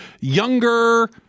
younger